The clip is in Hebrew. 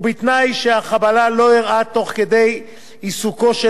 ובתנאי שהחבלה לא אירעה תוך כדי עיסוקו של